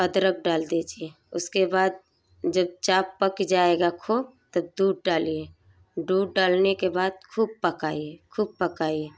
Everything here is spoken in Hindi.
अदरक डाल दीजिए उसके बाद जब चाय पक जाएगा खूब तब दूध डालिए दूध डालने के बाद खूब पकाइए खूब पकाइए